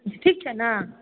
ठीक छै ने